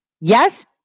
Yes